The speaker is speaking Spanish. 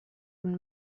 una